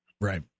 Right